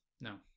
No